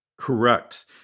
Correct